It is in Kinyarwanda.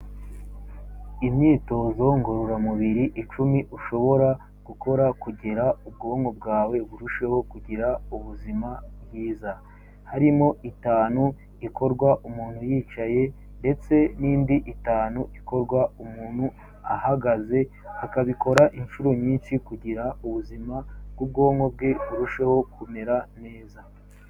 Imyitozo ngororamubiri icumi ushobora gukora kugira ubwonko bwawe burusheho kugira ubuzima bwiza. Harimo itanu ikorwa umuntu yicaye ndetse n'indi itanu ikorwa umuntu ahagaze, akabikora inshuro nyinshi kugira ubuzima bw'ubwonko bwe burusheho kumera neza.